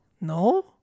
No